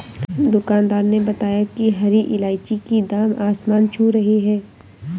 दुकानदार ने बताया कि हरी इलायची की दाम आसमान छू रही है